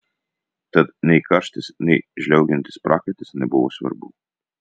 tad nei karštis nei žliaugiantis prakaitas nebuvo svarbu